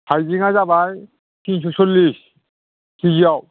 हायजेङा जाबाय तिनस' सल्लिस केजियाव